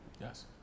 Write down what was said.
yes